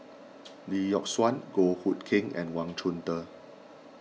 Lee Yock Suan Goh Hood Keng and Wang Chunde